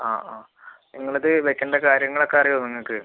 ആ ആ നിങ്ങളത് വെക്കേണ്ട കാര്യങ്ങൾ ഒക്കെ അറിയുമോ നിങ്ങൾക്ക്